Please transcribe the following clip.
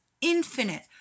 infinite